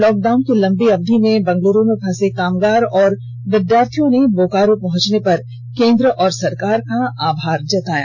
lockdown की लंबी अवधि में बेंगलुरू में फंसे कामगार और विद्यार्थियों ने बोकारो पहचने पर केन्द्र और सरकार का आभार जताया